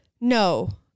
No